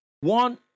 One